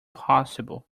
possible